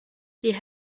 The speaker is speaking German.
die